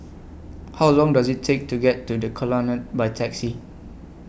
How Long Does IT Take to get to The Colonnade By Taxi